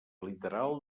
literal